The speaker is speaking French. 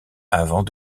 avant